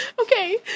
okay